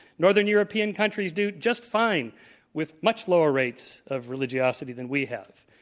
northern european countries do just fine with much lower rates of religiosity than we have.